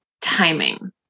timing